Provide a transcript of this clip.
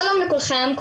לכולכם.